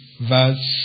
verse